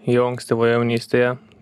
jau ankstyvoje jaunystėje